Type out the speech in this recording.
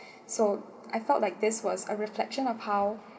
so I felt like this was a reflection of how